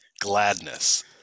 gladness